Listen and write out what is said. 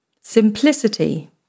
Simplicity